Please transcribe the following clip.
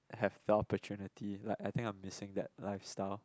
I have lot of opportunity like I think missing that lifestyle